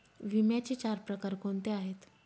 विम्याचे चार प्रकार कोणते आहेत?